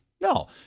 no